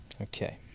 Okay